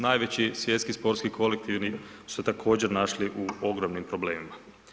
Najveći svjetski sportski kolektivi su se također našli u ogromnim problemima.